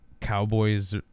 Cowboys